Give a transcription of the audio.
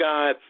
God